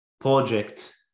project